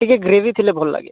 ଟିକିଏ ଗ୍ରେଭି ଥିଲେ ଭଲ ଲାଗେ